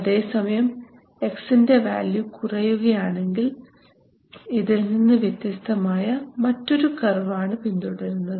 അതേസമയം X ൻറെ value കുറയുകയാണെങ്കിൽ ഇതിൽ നിന്നും വ്യത്യസ്തമായ മറ്റൊരു കർവ് ആണ് പിന്തുടരുന്നത്